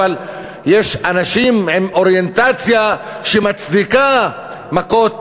אבל יש אנשים עם אוריינטציה שמצדיקה מכות